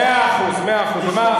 מאה אחוז, מאה אחוז.